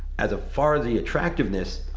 as far the attractiveness,